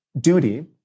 duty